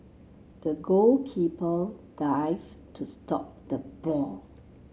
the goalkeeper dived to stop the ball